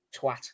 twat